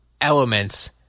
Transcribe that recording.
elements